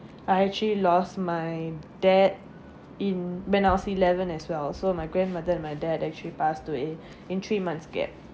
I actually lost my dad in when I was eleven as well so my grandmother and my dad actually passed away in three months gap